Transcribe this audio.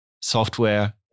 software